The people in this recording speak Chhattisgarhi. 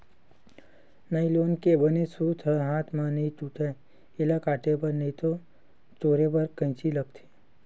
नाइलोन के बने सूत ह हाथ म नइ टूटय, एला काटे बर नइते टोरे बर कइची लागथे